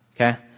okay